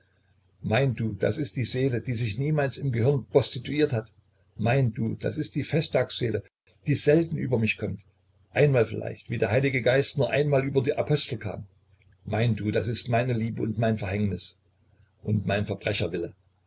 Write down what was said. mein du das ist die seele die sich niemals im gehirn prostituiert hat mein du das ist die festtagsseele die selten über mich kommt einmal vielleicht wie der heilige geist nur einmal über die apostel kam mein du das ist meine liebe und mein verhängnis und mein